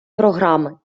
програми